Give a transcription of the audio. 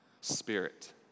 spirit